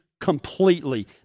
completely